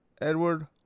Edward